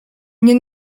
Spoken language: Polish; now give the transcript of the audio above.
nie